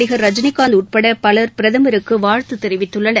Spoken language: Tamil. நடிகர் ரஜினிகாந்த் உட்பட பலர் பிரதமருக்கு வாழ்த்து தெரிவித்துள்ளனர்